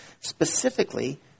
specifically